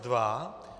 2.